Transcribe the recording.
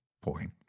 point